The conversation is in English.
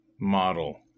model